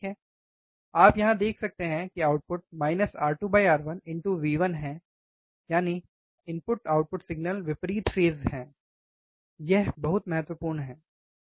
आप यहाँ देख सकते हैं कि आउटपुट R2 R1V1 है यानी इनपुट आउटपुट सिग्नल विपरीत फेज़ हैं यह बहुत महत्वपूर्ण है